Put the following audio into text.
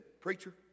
preacher